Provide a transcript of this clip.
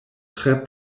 tre